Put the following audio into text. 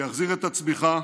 שיחזיר את הצמיחה,